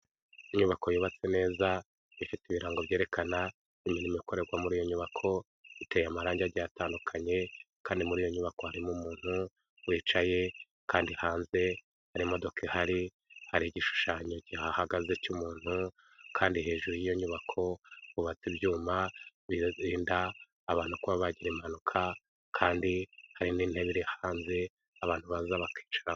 Inyubako yubatswe neza ifite ibirango byerekana imirimo ikorerwa muri iyo nyubako iteye amarangige atandukanye kandi muri iyo nyubako harimo umuntu wicaye kandi hanze hari imodoka ihari, hari igishushanyo gihagaze cy'umuntu kandi hejuru y'iyo nyubako hubatse ibyuma birinda abantu kuba bagira impanuka kandi hari n'intebe iri hanze abantu baza bakicaraho.